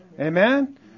Amen